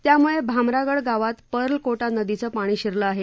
त्यामुळे भामरागड गावात पर्लकोटा नदीचं पाणी शिरलं आहे